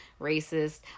racist